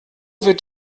wird